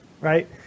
right